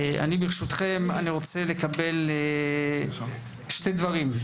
ברשותכם, אני רוצה לקבל שני דברים: